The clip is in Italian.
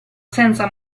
senza